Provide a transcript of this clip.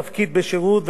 תפקיד בשירות,